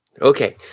Okay